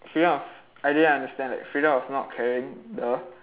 freedom of I didn't understand that freedom of not carrying the